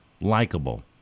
likable